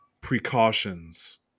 precautions